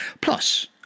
Plus